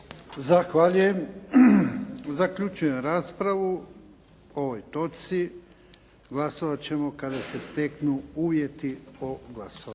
Zahvaljujem. Zaključujem raspravu o ovoj točci. Glasovat ćemo kada se steknu uvjeti o glasovanju.